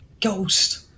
Ghost